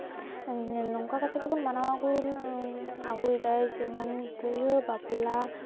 ᱱᱚᱝᱠᱟ ᱠᱟᱛᱮ ᱜᱮᱵᱚᱱ ᱢᱟᱱᱟᱣ ᱟᱜᱩᱭᱫᱟ ᱡᱮᱢᱚᱱ ᱵᱤᱦᱟᱹ ᱵᱟᱯᱞᱟ